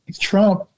Trump